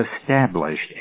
established